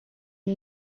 new